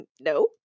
no